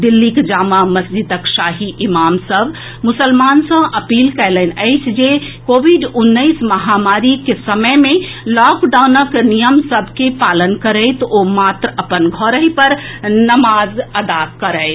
दिल्लीक जामा मस्जिदक शाही इमाम सभ मुसलमान सँ अपील कएलनि अछि जे कोविड उन्नैस महामारीक समय मे लॉकडाउनक नियम सभ के पालन करैत ओ मात्र अपन घरहिं पर नमाज अदा करथि